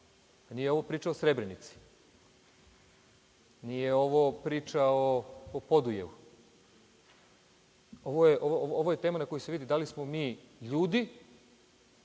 Nije ovo priča o Srebrenici, nije ovo priča o Podujevu. Ovo je tema na kojoj se vidi da li smo mi ljudi